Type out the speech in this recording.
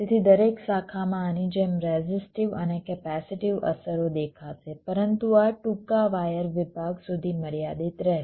તેથી દરેક શાખામાં આની જેમ રેઝિસ્ટિવ અને કેપેસિટીવ અસરો દેખાશે પરંતુ આ ટૂંકા વાયર વિભાગ સુધી મર્યાદિત રહેશે